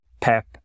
PEP